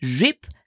rip